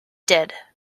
did